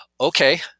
okay